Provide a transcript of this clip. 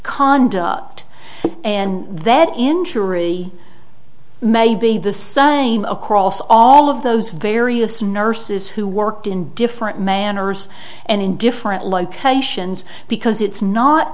conduct and that injury may be the same across all of those various nurses who worked in different manners and in different locations because it's not